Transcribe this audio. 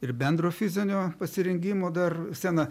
ir bendro fizinio pasirengimo dar sceną